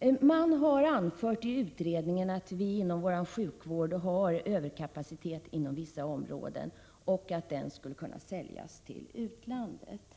Utredningen har anfört att vi inom vissa områden av sjukvården har överkapacitet och att denna skulle kunna säljas till utlandet.